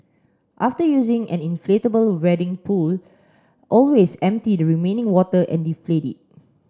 after using an inflatable wading pool always empty the remaining water and deflate it